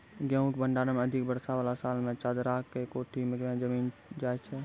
गेहूँ के भंडारण मे अधिक वर्षा वाला साल मे चदरा के कोठी मे जमीन जाय छैय?